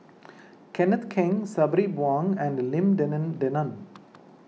Kenneth Keng Sabri Huang and Lim Denan Denon